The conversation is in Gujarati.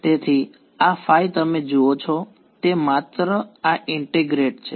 તેથી આ તમે જુઓ છો તે માત્ર આ ઈન્ટીગ્રેટ છે